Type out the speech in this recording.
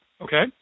Okay